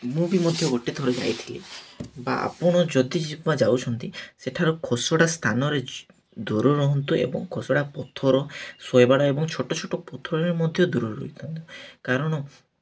ମୁଁ ବି ମଧ୍ୟ ଗୋଟେ ଥରେ ଯାଇଥିଲି ବା ଆପଣ ଯଦି ଯାଉଛନ୍ତି ସେଠାର ଖସଡ଼ା ସ୍ଥାନରେ ଦୂର ରୁହନ୍ତୁ ଏବଂ ଖସଡ଼ା ପଥର ଏବଂ ଛୋଟ ଛୋଟ ପଥରରେ ମଧ୍ୟ ଦୂର ରହିଥାନ୍ତୁ କାରଣ